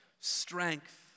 strength